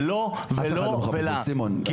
אני לא רוצה שהכוח שלי ולא של אף אחד אחר יהיה בלתי מוגבל.